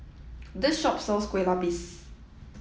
this shop sells Kueh Lapis